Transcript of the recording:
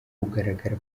kugaragara